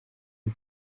you